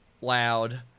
loud